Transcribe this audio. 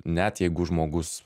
net jeigu žmogus